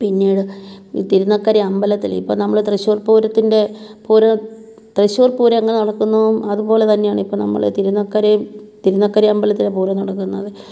പിന്നീട് തിരുനക്കര അമ്പലത്തിൽ ഇപ്പം നമ്മൾ തൃശ്ശൂർ പൂരത്തിൻ്റെ പൂരം തൃശ്ശൂർ പൂരം എങ്ങനെ നടക്കുന്നോ അതുപോലെ തന്നെയാണ് ഇപ്പം നമ്മൾ തിരുനക്കരേം തിരുനക്കര അമ്പലത്തിലെ പൂരോം നടക്കുന്നത്